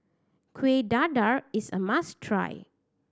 Kuih Dadar is a must try